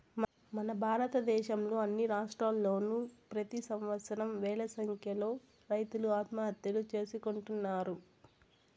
మన భారతదేశంలో అన్ని రాష్ట్రాల్లోనూ ప్రెతి సంవత్సరం వేల సంఖ్యలో రైతులు ఆత్మహత్యలు చేసుకుంటున్నారు